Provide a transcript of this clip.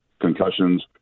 concussions